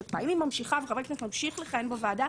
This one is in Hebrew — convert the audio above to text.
הקפאה אם היא ממשיכה וחבר הכנסת ממשיך לכהן בוועדה,